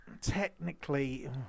Technically